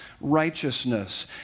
righteousness